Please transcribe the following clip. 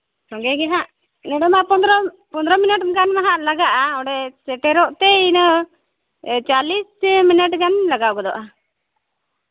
ᱥᱚᱸᱜᱮ ᱜᱮ ᱱᱟᱦᱟᱸᱜ ᱱᱰᱮ ᱢᱟ ᱯᱚᱸᱫᱽᱨᱚ ᱯᱚᱸᱫᱽᱨᱚ ᱢᱤᱱᱤᱴ ᱜᱟᱱ ᱢᱟ ᱱᱟᱦᱟᱸᱜ ᱞᱟᱜᱟᱜᱼᱟ ᱚᱸᱰᱮ ᱥᱮᱴᱮᱨ ᱛᱮ ᱤᱱᱟᱹ ᱪᱟᱞᱞᱤᱥ ᱢᱤᱱᱤᱴ ᱜᱟᱱ ᱞᱟᱜᱟᱣ ᱜᱚᱫᱚᱜᱼᱟ